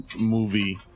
movie